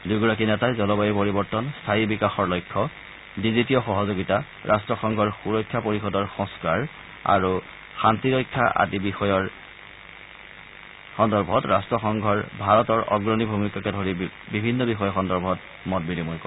দুয়োগৰাকী নেতাই জলবায়ু পৰিৱৰ্তন স্থায়ী বিকাশৰ লক্ষ্য ডিজিটিয় সহযোগিতা ৰাট্টসংঘৰ সুৰক্ষা পৰিযদৰ সংস্থাৰ আৰু শান্তিৰক্ষা আদি বিষয়ৰ সন্দৰ্ভত ৰাট্টসংঘৰ ভাৰতৰ অগ্ৰণী ভূমিকাকে ধৰি বিভিন্ন বিষয় সন্দৰ্ভত মত বিনিময় কৰে